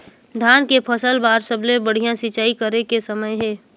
धान के फसल बार सबले बढ़िया सिंचाई करे के समय हे?